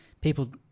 people